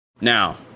Now